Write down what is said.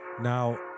Now